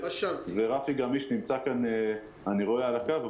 ורפי גמיש נמצא כאן על הקו,